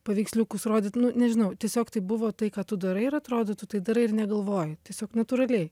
paveiksliukus rodyt nu nežinau tiesiog tai buvo tai ką tu darai ir atrodo tu tai darai ir negalvoji tiesiog natūraliai